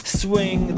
swing